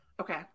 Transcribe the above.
Okay